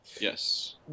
Yes